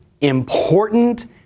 important